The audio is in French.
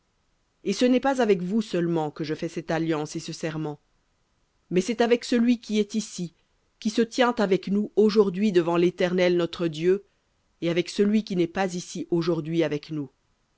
et ce n'est pas avec vous seulement que je fais cette alliance et ce serment mais c'est avec celui qui est ici qui se tient avec nous aujourd'hui devant l'éternel notre dieu et avec celui qui n'est pas ici aujourd'hui avec nous